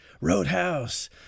Roadhouse